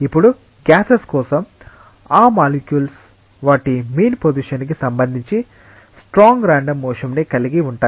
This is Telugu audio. ఇప్పుడు గ్యాసెస్ కోసం ఈ మాలిక్యుల్స్ వాటి మీన్ పోసిషన్ కి సంబంధించి స్ట్రాంగ్ రాండమ్ మోషన్ ని కలిగి ఉంటాయి